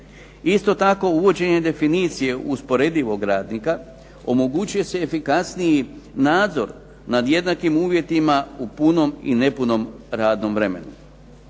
Isto tako uvođenje definicije usporedivog radnika omogućuje se efikasniji nadzor nad jednakim uvjetima u punom i nepunom radnom vremenu.